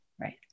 Right